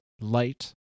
light